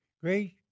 great